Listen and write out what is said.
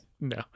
no